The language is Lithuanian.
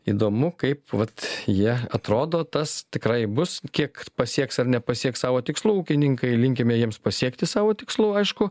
įdomu kaip vat jie atrodo tas tikrai bus kiek pasieks ar nepasieks savo tikslų ūkininkai linkime jiems pasiekti savo tikslų aišku